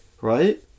Right